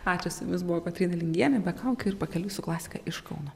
ačiū su jumis buvo kotryna lingienė be kaukių ir pakeliui su klasika iš kauno